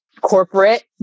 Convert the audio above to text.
corporate